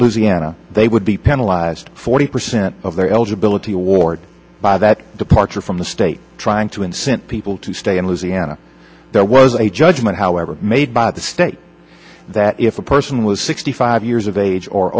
anna they would be penalize forty percent of their eligibility award by that departure from the state trying to incent to stay in louisiana there was a judgment however made by the state that if a person was sixty five years of age or